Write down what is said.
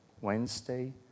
Wednesday